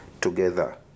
Together